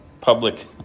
public